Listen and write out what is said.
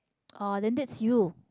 oh then that's you